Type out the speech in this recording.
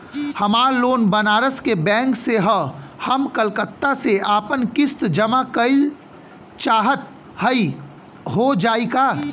हमार लोन बनारस के बैंक से ह हम कलकत्ता से आपन किस्त जमा कइल चाहत हई हो जाई का?